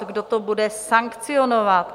Kdo to bude sankcionovat?